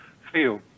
feel